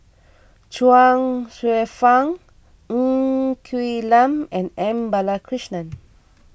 Chuang Hsueh Fang Ng Quee Lam and M Balakrishnan